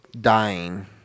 dying